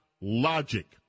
logic